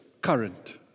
current